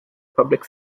public